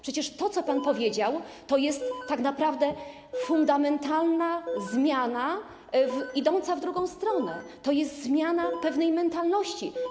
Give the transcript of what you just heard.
Przecież to, co pan powiedział, to jest tak naprawdę fundamentalna zmiana idąca w drugą stronę, to jest zmiana pewnej mentalności.